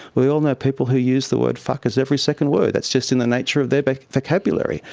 we all know people who use the word fuck as every second word, that's just in the nature of their but vocabulary,